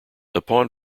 upon